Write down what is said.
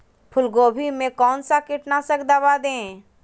फूलगोभी में कौन सा कीटनाशक दवा दे?